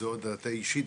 זו דעתי האישית,